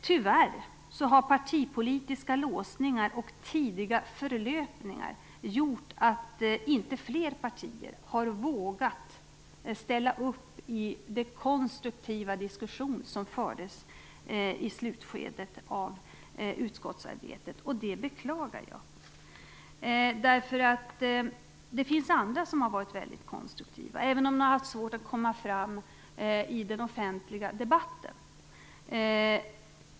Tyvärr har partipolitiska låsningar och tidiga förlöpningar gjort att inte fler partier har vågat ställa upp i den konstruktiva diskussion som fördes i slutskedet av utskottsarbetet. Det beklagar jag. Det finns andra som varit väldigt konstruktiva, även om de har haft svårt att komma fram i den offentliga debatten.